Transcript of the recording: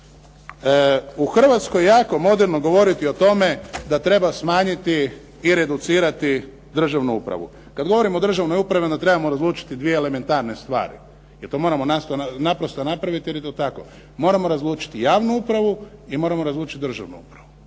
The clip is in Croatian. u Hrvatskoj je jako moderno govoriti o tome da treba smanjiti i reducirati državu upravu. Kada govorimo o državnoj upravi, onda trebamo razlučiti dvije elementarne stvari. Jer to moramo naprosto napraviti jer je to tako. Moramo razlučiti javnu upravu i moramo razlučiti državnu upravu.